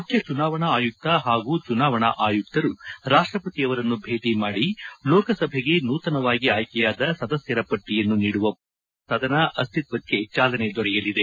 ಮುಖ್ಯ ಚುನಾವಣಾ ಆಯುಕ್ತ ಹಾಗೂ ಚುನಾವಣಾ ಆಯುಕ್ತರು ರಾಷ್ಟಪತಿ ಅವರನ್ನು ಭೇಟಿ ಮಾಡಿ ಲೋಕಸಭೆಗೆ ನೂತನವಾಗಿ ಆಯ್ಕೆಯಾದ ಸದಸ್ಕರ ಪಟ್ಟಿಯನ್ನು ನೀಡುವ ಮೂಲಕ ನೂತನ ಸದನ ಅಸ್ತಿತ್ವಕ್ಕೆ ಚಾಲನೆ ದೊರೆಯಲಿದೆ